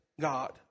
God